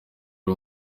ari